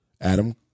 Adam